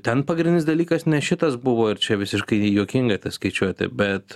ten pagrindinis dalykas ne šitas buvo ir čia visiškai juokinga ta skaičiuotė bet